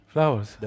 Flowers